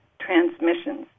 transmissions